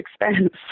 expense